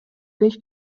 беш